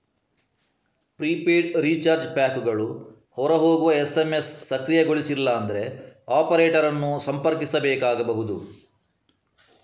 prepaid recharge ಪ್ಯಾಕುಗಳು ಹೊರ ಹೋಗುವ ಎಸ್.ಎಮ್.ಎಸ್ ಸಕ್ರಿಯಗೊಳಿಸಿಲ್ಲ ಅಂದ್ರೆ ಆಪರೇಟರ್ ಅನ್ನು ಸಂಪರ್ಕಿಸಬೇಕಾಗಬಹುದು